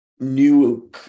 new